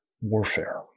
warfare